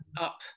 up